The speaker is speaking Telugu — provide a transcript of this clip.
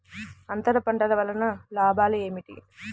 అంతర పంటల వలన లాభాలు ఏమిటి?